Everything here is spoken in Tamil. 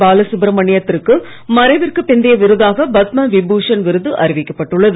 பாலசுப்ரமணியத்திற்கு மறைவிற்கு பிந்தைய விருதாக பத்ம விபூஷன் விருது அறிவிக்கப்பட்டுள்ளது